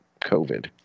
COVID